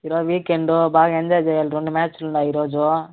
ఈరోజు వీకెండ్ బాగా ఎంజాయ్ చేయాలి రెండు మ్యాచులు ఉన్నాయి ఈరోజు